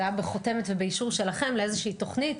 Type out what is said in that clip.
זה היה בחותמת ובאישור שלכם לאיזושהי תוכנית,